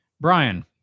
brian